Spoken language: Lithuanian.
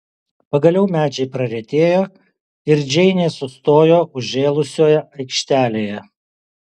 pagaliau medžiai praretėjo ir džeinė sustojo užžėlusioje aikštelėje